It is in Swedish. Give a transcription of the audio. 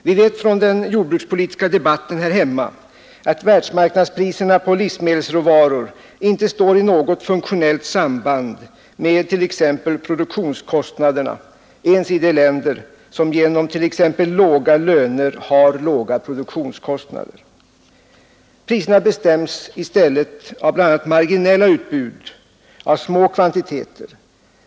Vi vet från den jordbrukspolitiska debatten här hemma, att världsmarknadspriserna på livsmedelsråvaror inte står i något funktionellt samband med produktionskostnaderna ens i de länder som genom t.ex. låga löner har låga produktionskostnader. Priserna bestäms i stället av bl.a. marginella utbud av små kvantiteter.